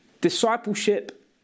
Discipleship